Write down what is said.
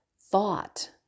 thought